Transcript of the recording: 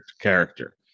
character